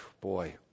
boy